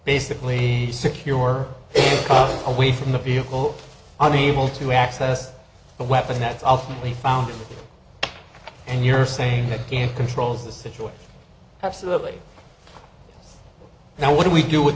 basically secure away from the vehicle on the able to access the weapon that's ultimately found and you're saying that can't control the situation absolutely now what do we do with